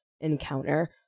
encounter